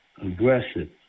aggressive